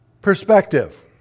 perspective